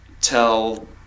tell